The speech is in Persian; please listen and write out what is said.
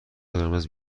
قرمز